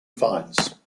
finds